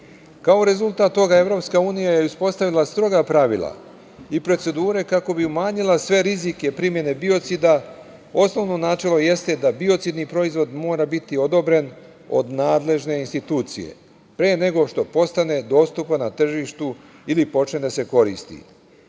rezultat toga EU je uspostavila stroga pravila i procedure kako bi umanjila sve rizike biocida, osnovno načelo jeste da biocidni proizvod mora biti odobren od nadležne institucije pre nego što postane dostupan na tržištu ili počne da se